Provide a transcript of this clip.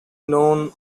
known